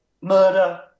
murder